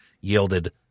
yielded